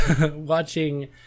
watching